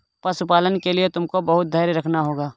पशुपालन के लिए तुमको बहुत धैर्य रखना होगा